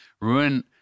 Ruin